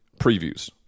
previews